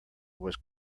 was